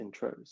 intros